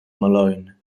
malone